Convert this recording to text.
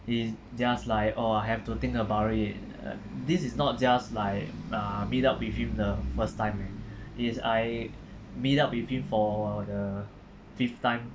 he is just like oh I have to think about it uh this is not just like uh meet up with him the first time it's I meet up with him for the fifth time